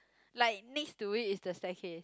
like next to it is the staircase